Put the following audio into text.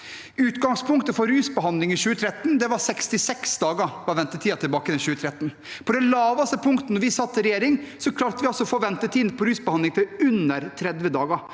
Utgangspunktet for rusbehandling i 2013 var 66 dager, det var ventetiden tilbake i 2013. På de laveste punktene da vi satt i regjering, klarte vi å få ventetiden på rusbehandling ned til under 30 dager.